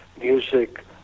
music